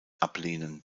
ablehnen